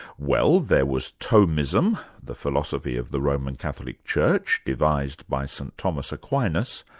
well, there was thomism, the philosophy of the roman catholic church, devised by st thomas aquinas,